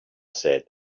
said